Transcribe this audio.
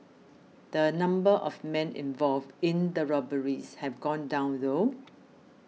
the number of men involved in the robberies have gone down though